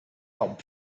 bulb